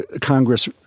Congress